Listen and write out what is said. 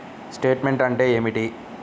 Statement అంటే ఏమిటి?